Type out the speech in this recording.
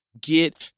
get